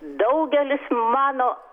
daugelis mano